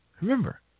Remember